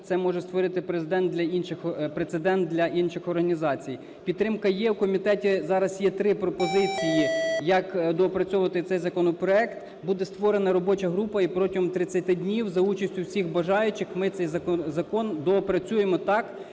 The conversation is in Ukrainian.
це може створити прецедент для інших організацій. Підтримка є. В комітеті зараз є три пропозиції, як доопрацьовувати цей законопроект. Буде створена робоча група і протягом 30 днів за участю всіх бажаючих ми цей закон доопрацюємо так,